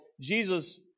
Jesus